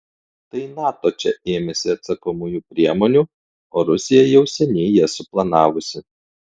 tai nato čia ėmėsi atsakomųjų priemonių o rusija jau seniai jas suplanavusi